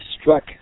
struck